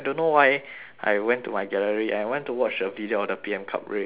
I went to my gallery and I went to watch a video of the P_M cup race like